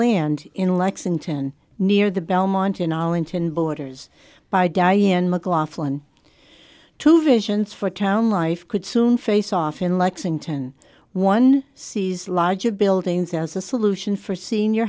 land in lexington near the belmont in arlington borders by diane mcglothlin two visions for town life could soon face off in lexington one sees larger buildings as a solution for senior